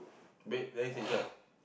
wait then six is what